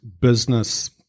business